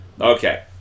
Okay